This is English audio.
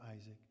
Isaac